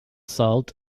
salt